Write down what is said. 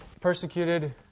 Persecuted